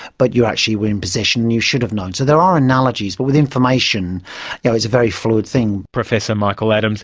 but you actually were in possession and you should've known. so there are analogies, but with information you know, it's a very fluid thing. professor michael adams